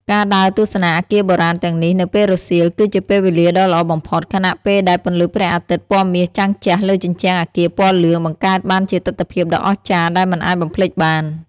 ការដើរទស្សនាអគារបុរាណទាំងនេះនៅពេលរសៀល គឺជាពេលវេលាដ៏ល្អបំផុត ខណៈពេលដែលពន្លឺព្រះអាទិត្យពណ៌មាសចាំងជះលើជញ្ជាំងអគារពណ៌លឿង បង្កើតបានជាទិដ្ឋភាពដ៏អស្ចារ្យដែលមិនអាចបំភ្លេចបាន។